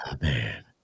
man